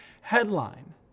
headline